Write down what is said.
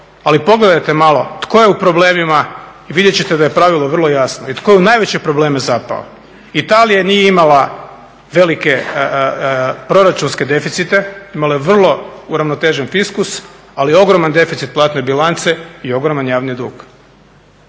ali pogledajte malo tko je u problemima i vidjeti ćete da je pravilo vrlo jasno i tko je u najveće probleme zapao. Italija nije imala velike proračunske deficite, imala je vrlo uravnotežen fiskus ali ogroman deficit platne bilance i ogroman javni dug.